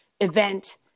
event